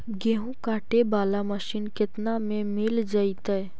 गेहूं काटे बाला मशीन केतना में मिल जइतै?